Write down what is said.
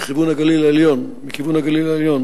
הכוונה לטורפים,